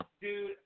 dude